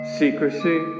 secrecy